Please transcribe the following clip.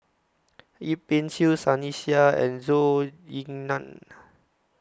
Yip Pin Xiu Sunny Sia and Zhou Ying NAN